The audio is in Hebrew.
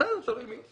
בסדר, תלוי מי.